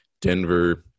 denver